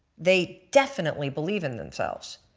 they definitely believe in themselves.